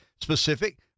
specific